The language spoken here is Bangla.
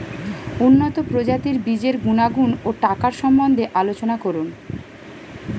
উন্নত প্রজাতির বীজের গুণাগুণ ও টাকার সম্বন্ধে আলোচনা করুন